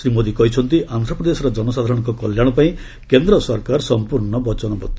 ଶ୍ରୀ ମୋଦି କହିଛନ୍ତି' ଆନ୍ଧ୍ରପ୍ରଦେଶର ଜନସାଧାରଣଙ୍କ କଲ୍ୟାଣ ପାଇଁ କେନ୍ଦ୍ର ସରକାର ସମ୍ପୂର୍ଣ୍ଣ ବଚ୍ଚନବଦ୍ଧ